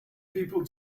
people